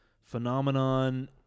phenomenon